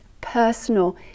personal